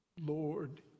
Lord